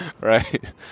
Right